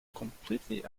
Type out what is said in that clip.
completely